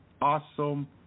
awesome